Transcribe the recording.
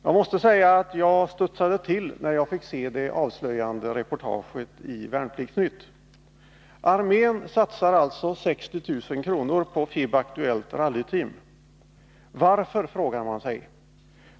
Jag måste säga att jag studsade till, när jag fick se det avslöjande reportaget i Värnplikts-Nytt. Armén satsar alltså 60 000 kr. på FIB-Aktuellt Rally Team. Varför? frågar man sig.